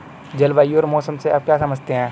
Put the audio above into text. जलवायु और मौसम से आप क्या समझते हैं?